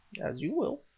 as you will!